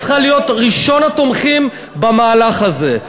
צריכה להיות ראשונת התומכים במהלך הזה.